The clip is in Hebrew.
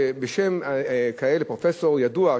בשם פרופסור ידוע,